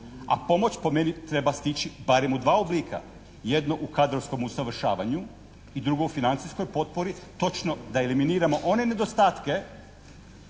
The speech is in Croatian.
a pomoć po meni treba stići barem u dva oblika, jedno u kadrovskom usavršavanju i drugo u financijskoj potpori točno da eliminiramo one nedostatke